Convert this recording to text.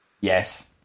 yes